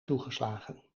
toegeslagen